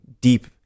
deep